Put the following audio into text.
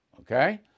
Okay